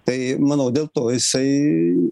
tai manau dėl to jisai